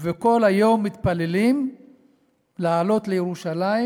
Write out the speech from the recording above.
וכל היום מתפללים לעלות לירושלים,